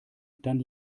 dann